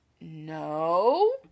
no